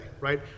right